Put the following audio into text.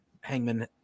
hangman